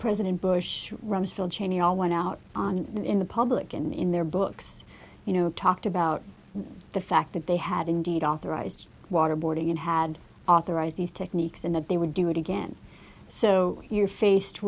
president bush rumsfeld cheney all went out on that in the public and in their books you know talked about the fact that they had indeed authorized waterboarding and had authorized these techniques and that they would do it again so you're faced